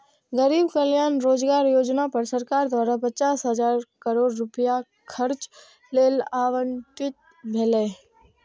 गरीब कल्याण रोजगार योजना पर सरकार द्वारा पचास हजार करोड़ रुपैया खर्च लेल आवंटित भेलै